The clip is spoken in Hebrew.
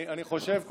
אני חושב,